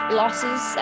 losses